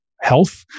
health